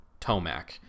Tomac